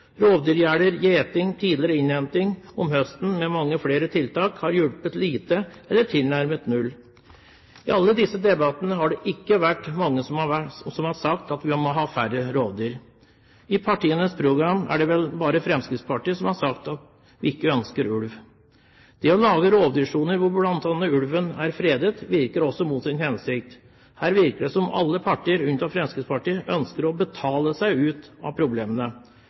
tidligere innhenting om høsten og mange flere tiltak har hjulpet lite eller tilnærmet null. I alle disse debattene har det ikke vært mange som har sagt at vi må ha færre rovdyr. I partienes program er det vel bare Fremskrittspartiet som har sagt at vi ikke ønsker ulv. Det å lage rovdyrsoner hvor bl.a. ulven er fredet, virker mot sin hensikt. Her virker det som om alle parter, unntatt Fremskrittspartiet, ønsker å betale seg ut av problemene.